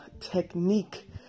technique